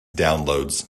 downloads